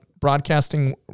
broadcasting